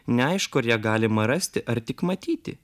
neaišku ar ją galima rasti ar tik matyti